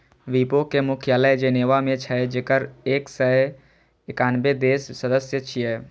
विपो के मुख्यालय जेनेवा मे छै, जेकर एक सय एकानबे देश सदस्य छियै